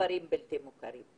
בכפרים הבלתי מוכרים.